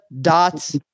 dots